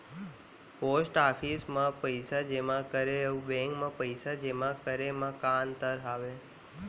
post office मा पइसा जेमा करे अऊ बैंक मा पइसा जेमा करे मा का अंतर हावे